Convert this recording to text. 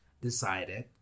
decided